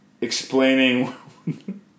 Explaining